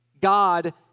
God